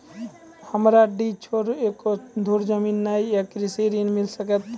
हमरा डीह छोर एको धुर जमीन न या कृषि ऋण मिल सकत?